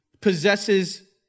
possesses